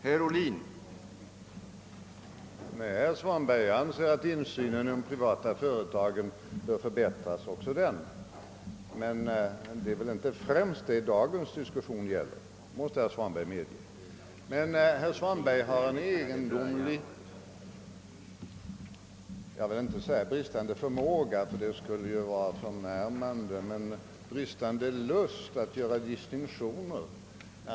Herr talman! Nej, herr Svanberg, jag anser att också insynen i de: privata företagen bör förbättras, men det är ju inte detta dagens diskussion gäller — det måste herr Svanberg medge. Emellertid har herr Svanberg en egendomlig, jag vill inte säga bristande förmåga, det skulle vara förnärmande att påstå det, men bristande lust att göra distinktioner.